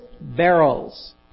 barrels